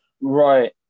Right